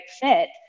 fit